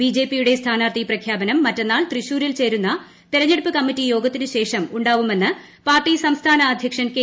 ബിജെപിയുടെ സ്ഥാനാർത്ഥി പ്രഖ്യാപനം മറ്റന്നാൾ തൃശൂരിൽ ചേരുന്ന തെരഞ്ഞെടുപ്പ് കമ്മിറ്റി യോഗത്തിന് ശേഷം ഉണ്ടാവുമെന്ന് പാർട്ടി സംസ്ഥാന അധ്യക്ഷൻ കെ